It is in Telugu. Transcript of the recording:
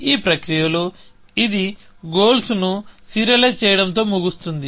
ఈ ప్రక్రియలో ఇది గోల్స్ ను సీరియలైజ్ చేయడంతో ముగుస్తుంది